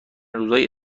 روزای